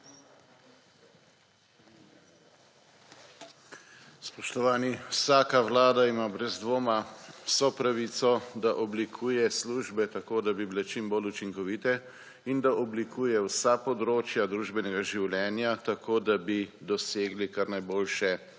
Spoštovani! Vsaka Vlada ima brez dvoma vso pravico, da oblikuje službe tako, da bi bile čim bolj učinkovite in da oblikuje vsa področja družbenega življenja, tako, da bi dosegli kar najboljše